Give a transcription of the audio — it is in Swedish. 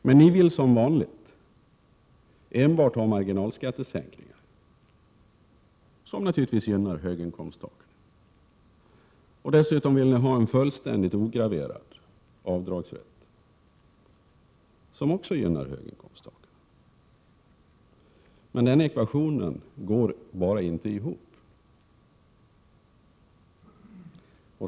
Men ni vill som vanligt ha enbart marginalskattesänkningar, som naturligtvis gynnar höginkomsttagarna. Dessutom vill ni ha en fullständigt ograverad avdragsrätt, som också gynnar höginkomsttagarna. Den ekvationen går bara inte ihop!